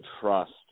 trust